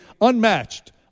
unmatched